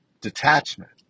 detachment